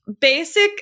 basic